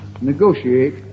negotiate